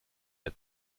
der